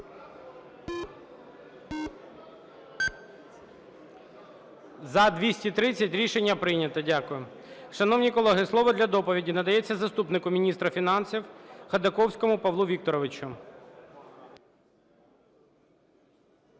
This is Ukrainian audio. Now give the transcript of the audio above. За-230 Рішення прийнято. Дякую. Шановні колеги, слово для доповіді надається заступнику міністра фінансів Ходаковському Павлу Вікторовичу.